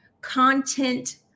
content